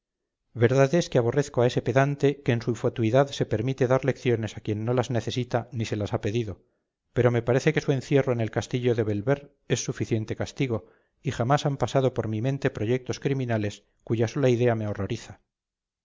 es que aborrezco a ese pedante que en su fatuidad se permite dar lecciones a quien no las necesita ni se las ha pedido pero me parece que su encierro en el castillo de bellver es suficiente castigo y jamás han pasado por mi mente proyectos criminales cuya sola idea me horroriza